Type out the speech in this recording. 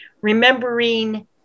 remembering